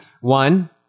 One